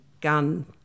gun